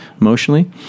emotionally